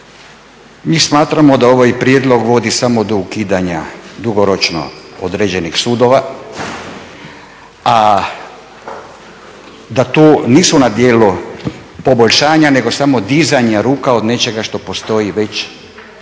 mi smatramo da ovaj prijedlog vodi samo do ukidanja dugoročno određenih sudova, a da to nisu na djelu poboljšanja nego samo dizanja ruku od nečega što postoji već